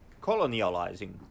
Colonializing